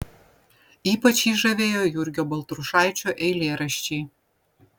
ypač jį žavėjo jurgio baltrušaičio eilėraščiai